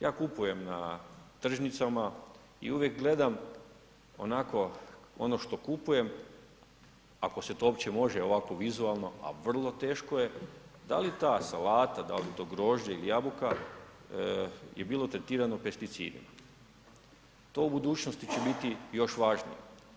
Ja kupujem na tržnicama i uvijek gledam onako ono što kupujem ako se to uopće može ovako vizualno, a vrlo teško je, da li ta salata, da li to grožđe ili jabuka je bilo tretirano pesticidima, to u budućnosti će biti još važnije.